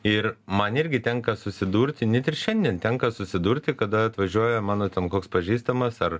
ir man irgi tenka susidurti net ir šiandien tenka susidurti kada atvažiuoja mano ten koks pažįstamas ar